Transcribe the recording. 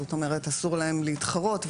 זאת אומרת אסור להם להתחרות,